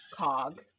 cog